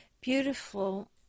beautiful